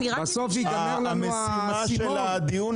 בסוף ייגמר לנו --- המשימה של הדיון